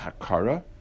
hakara